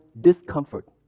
discomfort